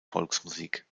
volksmusik